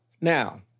now